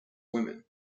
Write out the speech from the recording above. women